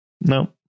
No